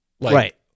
right